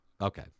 Okay